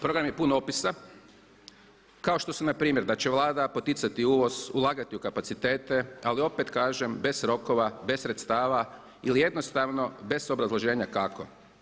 Program je pun opisa kao što su npr. da će Vlada poticati uvoz, ulagati u kapacitete, ali opet kažem bez rokova, bez sredstava ili jednostavno bez obrazloženja kako.